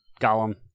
golem